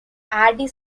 hardy